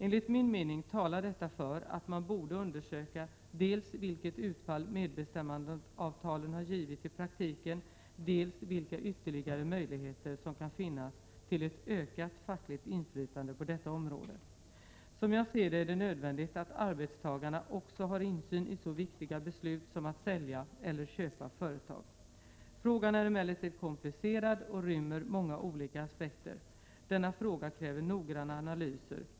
Enligt min mening talar detta för att man borde undersöka dels vilket utfall medbestämmandeavtalen har givit i praktiken, dels vilka ytterligare möjligheter som kan finnas till ett ökat fackligt inflytande på detta område. Som jag ser det är det nödvändigt att arbetstagarna också har insyn i så viktiga beslut som att sälja eller köpa företag. Frågan är emellertid komplicerad och rymmer många olika aspekter. Denna fråga kräver noggranna analyser.